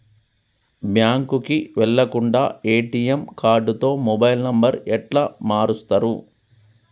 బ్యాంకుకి వెళ్లకుండా ఎ.టి.ఎమ్ కార్డుతో మొబైల్ నంబర్ ఎట్ల మారుస్తరు?